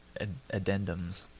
addendums